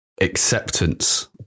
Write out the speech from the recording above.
acceptance